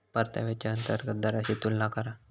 परताव्याच्या अंतर्गत दराशी तुलना करा